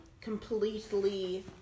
completely